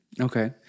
okay